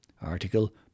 Article